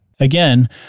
Again